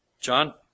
John